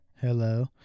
hello